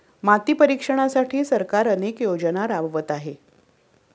माती परीक्षणासाठी सरकार अनेक योजना राबवत आहे